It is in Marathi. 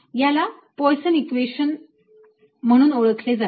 याला पोयसन इक्वेशन म्हणून ओळखले जाते